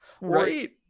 right